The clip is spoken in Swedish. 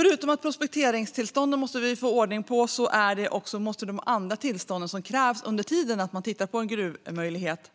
Förutom att vi måste få ordning på prospekteringstillstånden måste de andra tillstånd som krävs under den tid man tittar på en gruvmöjlighet